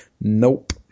Nope